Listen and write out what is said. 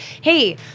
hey